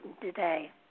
today